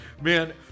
Man